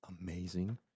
amazing